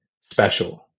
special